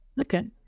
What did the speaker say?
Okay